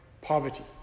poverty